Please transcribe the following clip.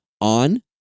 on